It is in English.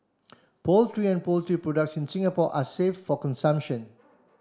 poultry and poultry products in Singapore are safe for consumption